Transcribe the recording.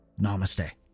Namaste